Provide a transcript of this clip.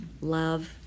love